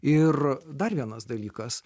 ir dar vienas dalykas